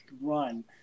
run